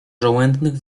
żołędnych